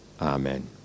Amen